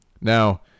Now